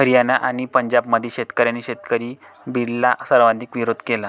हरियाणा आणि पंजाबमधील शेतकऱ्यांनी शेतकरी बिलला सर्वाधिक विरोध केला